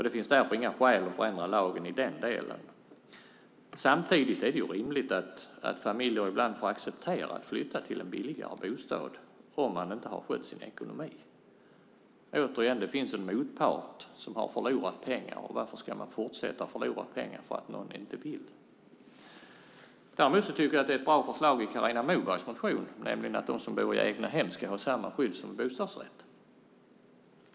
Det finns därför inga skäl att förändra lagen i den delen. Samtidigt är det rimligt att familjer ibland får acceptera att flytta till en billigare bostad om de inte har skött sin ekonomi. Återigen: Det finns en motpart som har förlorat pengar, och varför ska den fortsätta förlora pengar för att någon inte vill? Däremot tycker jag att det finns ett bra förslag i Carina Mobergs motion, nämligen att de som bor i egnahem ska ha samma skydd som de som bor i bostadsrätt.